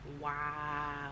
Wow